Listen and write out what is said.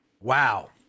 Wow